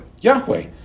Yahweh